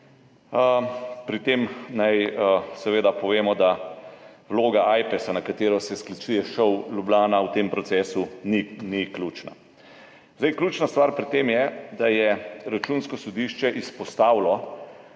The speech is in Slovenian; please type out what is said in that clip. Pri tem naj seveda povemo, da vloga Ajpesa, na katero se sklicuje ŠOU Ljubljana, v tem procesu ni ključna. Ključna stvar pri tem je, da je Računsko sodišče izpostavilo,